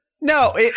No